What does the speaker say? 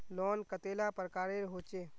Loan कतेला प्रकारेर होचे?